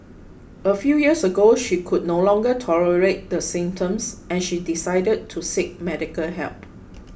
a few years ago she could no longer tolerate the symptoms and she decided to seek medical help